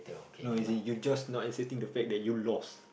no as in you just not accepting the fact that you lost